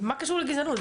מה קשור לגזענות,